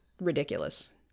ridiculous